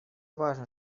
важно